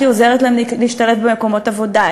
איך היא עוזרת להם להשתלב במקומות עבודה,